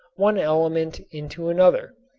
one element into another,